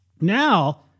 Now